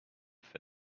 for